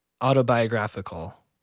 autobiographical